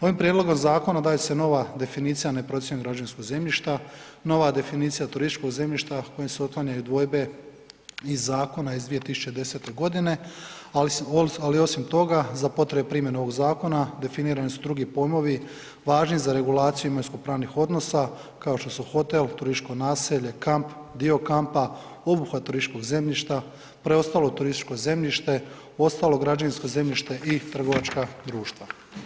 Ovim prijedlogom zakona dodaje se nova definicija neprocijenjenog građevinskog zemljišta, ova definicija turističkog zemljišta kojim se otklanjanju dvojbe iz zakona iz 2010. g., ali osim toga za potrebe primjene ovoga zakona, definirane su drugi pojmovi važnu za regulaciju imovinsko-pravnih odnosa kao što su hotel, turističko naselje, kamp, dio kampa, obuhvat turističkog zemljišta, preostalo turističko zemljište, ostalo građevinsko zemljište i trgovačka društva.